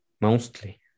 Mostly